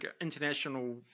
international